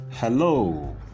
hello